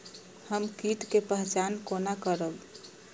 हम कीट के पहचान कोना करब?